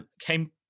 came